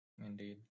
Indeed